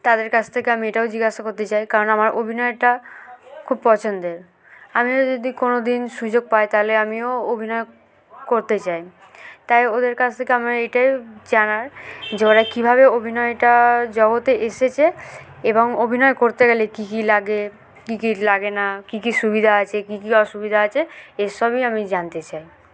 তাদের কাছ থেকে আমি এটাও জিজ্ঞাসা করতে চাই কারণ আমার অভিনয়টা খুব পছন্দের আমিও যদি কোনো দিন সুযোগ পাই তাহলে আমিও অভিনয় করতে চাই তাই ওদের কাছ থেকে আমার এটাই জানার যে ওরা কীভাবে অভিনয়টা জগতে এসেছে এবং অভিনয় করতে গেলে কী কী লাগে কী কী লাগে না কী কী সুবিধা আছে কী কী অসুবিধা আছে এসবই আমি জানতে চাই